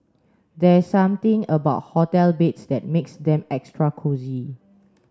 there's something about hotel beds that makes them extra cosy